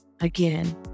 Again